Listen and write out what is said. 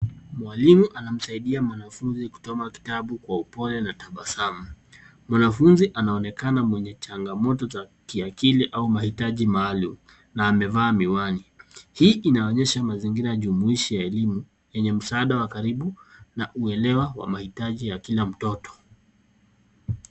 Mwalimu anamsaidia mwanafunzi kusoma kitabu kwa upole na tabasamu. Mwanafunzi anaonekana mwenye changamoto za kiakili au mahitaji maalum na amevaa miwani. Hii inaonyesha mazingira jumuishi ya elimu, yenye msaada wa karibu na uelewa wa mahitaji ya kila mtoto.